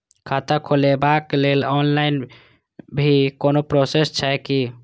खाता खोलाबक लेल ऑनलाईन भी कोनो प्रोसेस छै की?